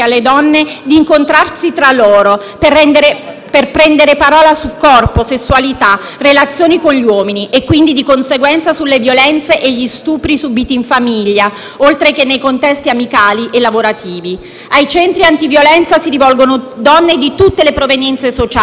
per prendere parola su corpo, sessualità, relazioni con gli uomini e quindi, di conseguenza, sulla violenza e sugli stupri subiti in famiglia, oltre che nei contesti amicali e lavorativi. Ai centri antiviolenza si rivolgono donne di tutte le provenienze sociali e la classe più rappresentata è quella media.